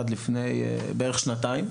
עד לפני בערך שנתיים.